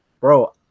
bro